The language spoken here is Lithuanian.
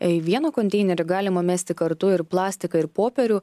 į vieną konteinerį galima mesti kartu ir plastiką ir popierių